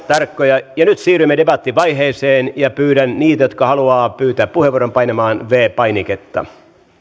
tarkkoja nyt siirrymme debattivaiheeseen ja pyydän niitä jotka haluavat pyytää puheenvuoron painamaan viides painiketta